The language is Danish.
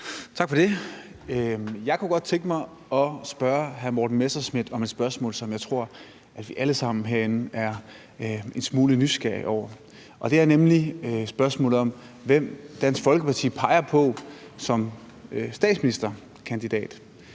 Tak for det. Jeg kunne godt tænke mig at stille hr. Morten Messerschmidt et spørgsmål, som jeg tror vi alle sammen herinde er en smule nysgerrige over. Det er nemlig spørgsmålet om, hvem Dansk Folkeparti peger på som statsministerkandidat.